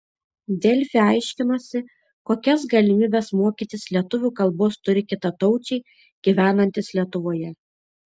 delfi aiškinosi kokias galimybes mokytis lietuvių kalbos turi kitataučiai gyvenantys lietuvoje